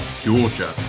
georgia